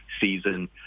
season